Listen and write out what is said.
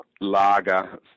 lager